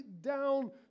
down